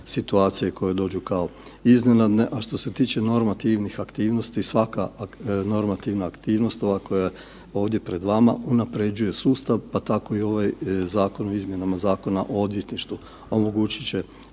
situacije koje dođu kao iznenadne. A što se tiče normativnih aktivnosti svaka normativna aktivnost ovdje koja je pred vama unapređuje sustav pa tako i ovaj Zakon o izmjenama Zakona o odvjetništvu omogućit će